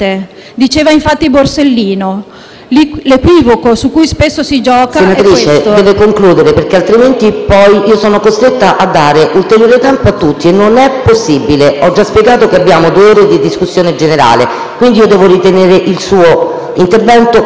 "Il link apre una nuova finestra"). Senatrice, deve concludere perché altrimenti poi sono costretta a dare ulteriore tempo a tutti e non è possibile. Ho già spiegato che abbiamo due ore di discussione generale, per cui devo ritenere il suo intervento concluso. **Sui lavori